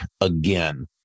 Again